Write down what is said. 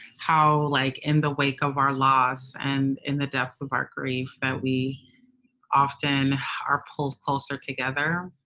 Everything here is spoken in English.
how like in the wake of our loss and in the depths of our grief, that we often are pulled closer together.